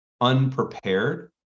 unprepared